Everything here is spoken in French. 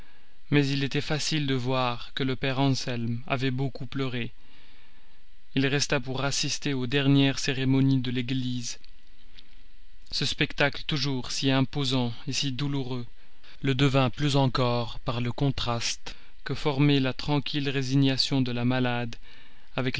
mais il était facile de voir que le père anselme avait beaucoup pleuré il resta pour assister aux dernières cérémonies de l'église ce spectacle toujours si imposant si douloureux le devint plus encore par le contraste que formait la tranquille résignation de la malade